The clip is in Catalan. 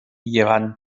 llevant